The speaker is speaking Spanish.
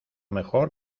mejor